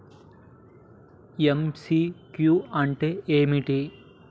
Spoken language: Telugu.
ఎమ్.సి.క్యూ అంటే ఏమిటి?